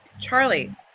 Charlie